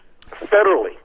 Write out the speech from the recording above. federally